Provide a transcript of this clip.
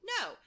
No